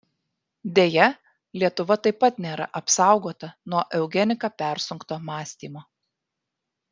deja lietuva taip pat nėra apsaugota nuo eugenika persunkto mąstymo